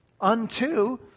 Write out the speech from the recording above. unto